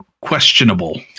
questionable